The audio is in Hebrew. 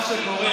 מה שקורה,